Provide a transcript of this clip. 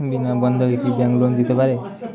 বিনা বন্ধকে কি bank loan দিতে পারে?